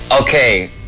Okay